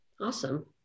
Awesome